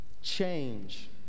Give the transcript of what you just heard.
change